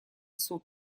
суд